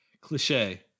cliche